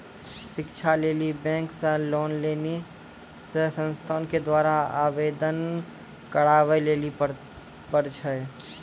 शिक्षा लेली बैंक से लोन लेली उ संस्थान के द्वारा आवेदन करबाबै लेली पर छै?